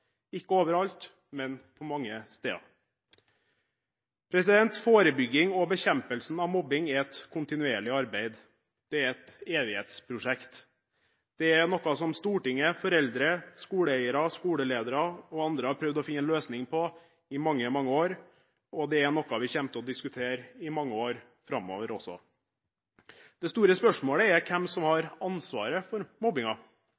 ikke overalt, men på mange steder. Forebygging og bekjempelse av mobbing er et kontinuerlig arbeid, det er et evighetsprosjekt. Det er noe som Stortinget, foreldre, skoleeiere og skoleledere og andre har prøvd å finne en løsning på i mange, mange år, og det er noe vi også kommer til å diskutere i mange år framover. Det store spørsmålet er hvem som har ansvaret for